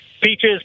peaches